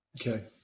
Okay